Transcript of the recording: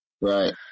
Right